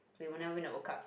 we will never win the World Cup